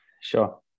sure